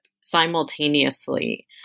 simultaneously